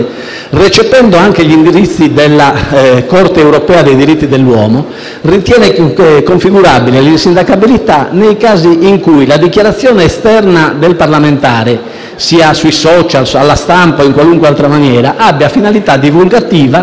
recependo anche gli indirizzi della Corte europea dei diritti dell'uomo, ritiene configurabile l'insindacabilità nei casi in cui la dichiarazione esterna del parlamentare (alla stampa, sui *social* o in qualunque altra maniera) abbia finalità divulgativa